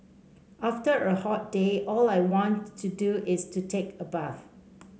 after a hot day all I want to do is to take a bath